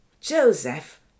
joseph